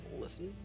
listen